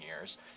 years